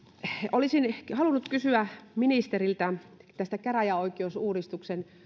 olisin halunnut kysyä ministeriltä tästä käräjäoikeusuudistuksen